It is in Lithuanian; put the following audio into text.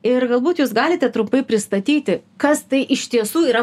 ir galbūt jūs galite trumpai pristatyti kas tai iš tiesų yra